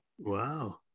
Wow